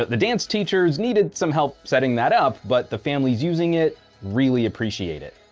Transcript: the dance teachers needed some help setting that up, but the families using it really appreciate it.